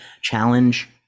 challenge